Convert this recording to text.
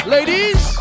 Ladies